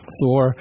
Thor